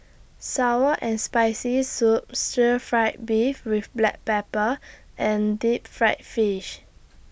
Sour and Spicy Soup Stir Fried Beef with Black Pepper and Deep Fried Fish